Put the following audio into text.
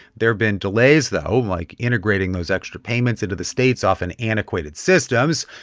there have been delays, though, like integrating those extra payments into the state's often antiquated systems,